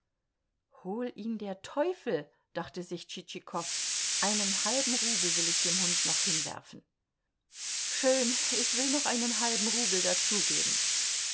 hol ihn der teufel dachte sich tschitschikow einen halben rubel will ich dem hund noch hinwerfen schön ich will noch einen halben rubel dazugeben